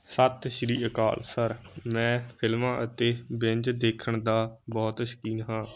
ਸਤਿ ਸ਼੍ਰੀ ਅਕਾਲ ਸਰ ਮੈਂ ਫ਼ਿਲਮਾਂ ਅਤੇ ਵਿਅੰਜ ਦੇਖਣ ਦਾ ਬਹੁਤ ਸ਼ੌਂਕੀਨ ਹਾਂ